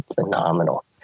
phenomenal